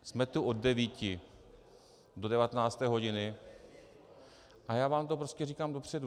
Jsme tu od devíti do 19. hodiny, a já vám to prostě říkám dopředu.